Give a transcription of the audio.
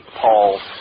Paul